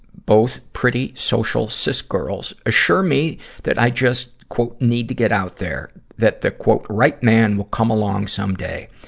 both pretty, social cis-girls, assure me that i just need to get out there that the right man will come along some day.